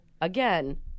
again